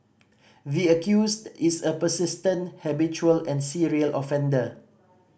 the accused is a persistent habitual and serial offender